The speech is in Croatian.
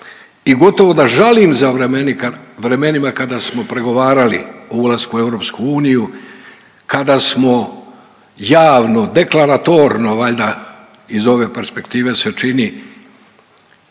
i gotovo da žalim za vremenima kada smo pregovarali o ulasku u EU, kada smo javno deklaratorno valjda iz ove perspektive se čini